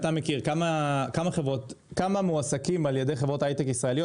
כמה מועסקים על ידי חברות היי-טק ישראליות,